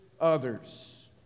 others